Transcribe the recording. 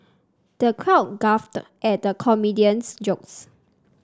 the crowd guffawed at comedian's jokes